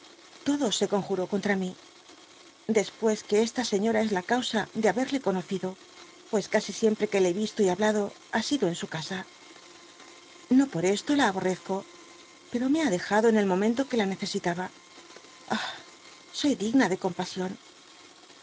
todo se conjuró contra mi después que esta señora es la causa de haberle conocido pues casi siempre que le hé visto y hablado ha sido en su pasa ño por esto la aborrezco pero me ha dejado en ei momento que la necesitaba i ah soy digna de compasión